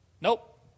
Nope